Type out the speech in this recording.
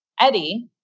Eddie